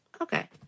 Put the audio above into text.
Okay